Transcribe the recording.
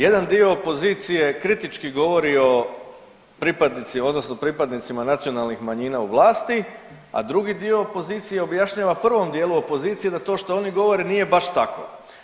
Jedan dio opozicije kritički govori o pripadnici odnosno pripadnicima nacionalnih manjina u vlasti, a drugi dio opozicije objašnjava prvom dijelu opozicije da to što oni govore nije baš tako.